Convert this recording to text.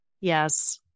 Yes